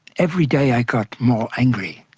every day i got more angry.